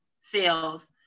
sales